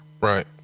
right